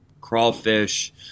crawfish